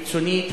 הקיצונית,